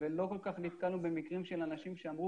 ולא כל כך נתקלנו במקרים של אנשים שאמרו